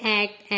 act